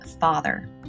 father